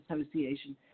Association